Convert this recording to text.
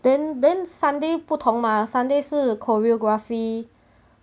then then sunday 不同 mah sunday 是 choreography